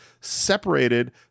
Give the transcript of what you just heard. separated